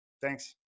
Thanks